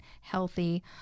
healthy